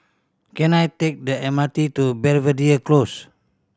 can I take the M R T to Belvedere Close